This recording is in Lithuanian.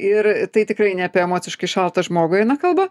ir tai tikrai ne apie emociškai šaltą žmogų eina kalba